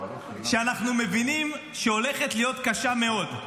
כשאנחנו מבינים שהולכת להיות קשה מאוד,